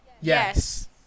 Yes